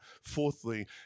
Fourthly